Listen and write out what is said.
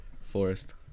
Forest